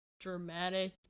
dramatic